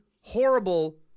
horrible